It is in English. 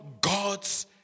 God's